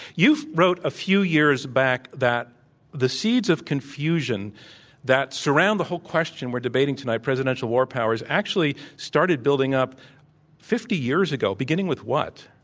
you wrote, a few years back, that the seeds of confusion that surround the whole question we're debating tonight presidential war powers actually started building up fifty years ago, beginning with what?